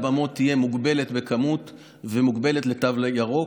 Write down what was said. לבמות תהיה מוגבלת במספר ומוגבלת לתו לירוק.